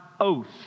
oath